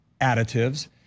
additives